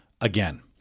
again